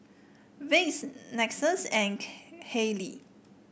Vicks Lexus and Haylee